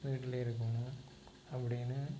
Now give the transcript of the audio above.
வீட்டிலியே இருக்கணும் அப்படின்னு